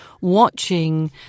watching